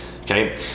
okay